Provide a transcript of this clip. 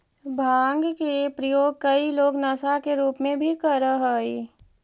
भाँग के प्रयोग कई लोग नशा के रूप में भी करऽ हई